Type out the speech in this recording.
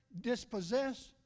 dispossess